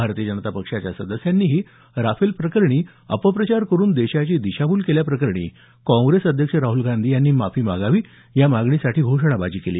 भारतीय जनत पक्षाच्या सदस्यांनीही राफेल प्रकरणी अपप्रचार करून देशाची दिशाभूल केल्याप्रकरणी काँग्रेस अध्यक्ष राहल गांधी यांनी माफी मागावी या मागणीसाठी घोषणाबाजी केली